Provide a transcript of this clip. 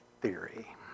theory